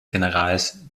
generals